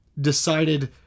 decided